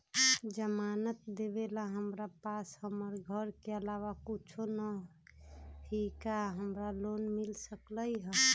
जमानत देवेला हमरा पास हमर घर के अलावा कुछो न ही का हमरा लोन मिल सकई ह?